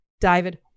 David